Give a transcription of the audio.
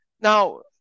Now